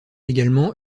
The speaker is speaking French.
également